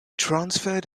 transferred